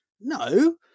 no